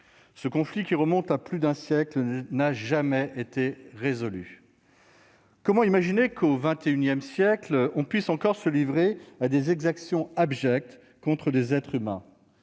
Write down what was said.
Ce conflit, qui remonte à plus d'un siècle, n'a jamais été résolu. Comment imaginer qu'au XXI siècle on puisse encore se livrer à des exactions abjectes contre des êtres humains ?